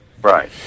Right